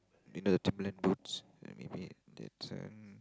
you know the Timberland boots maybe that's uh